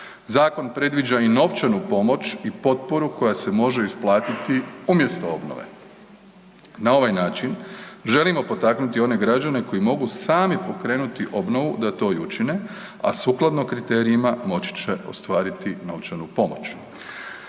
Zakon predviđa i novčanu pomoć i potporu koja se može isplatiti umjesto obnove. Na ovaj način želimo potaknuti one građane koji mogu sami pokrenuti obnovu da to i učine, a sukladno kriterijima moći će ostvariti novčanu pomoć.